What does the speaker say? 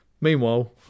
meanwhile